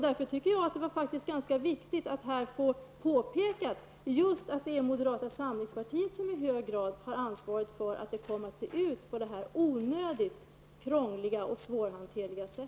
Därför tycker jag att det var ganska viktigt att här få påpeka just att det är moderata samlingspartiet som i hög grad har ansvaret för att stödet blivit onödigt krångligt och svårhanterligt.